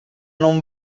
non